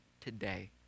today